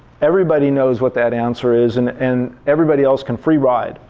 everybody knows what that answer is and and everybody else can free ride.